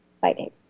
fighting